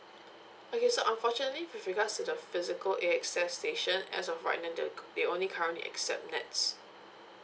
okay so unfortunately with regards to the physical A_X_S station as of right now they on~ they only currently accept nets